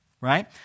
right